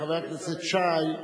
חבר הכנסת שי,